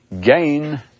gain